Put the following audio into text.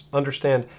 understand